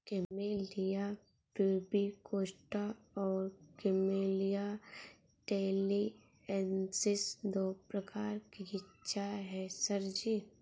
camellia pubicosta और Camellia taliensis दो प्रकार की चाय है सर जी